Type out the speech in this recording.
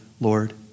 Lord